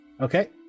Okay